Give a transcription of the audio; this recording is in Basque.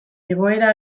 igoera